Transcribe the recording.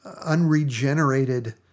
unregenerated